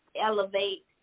Elevate